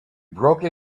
broke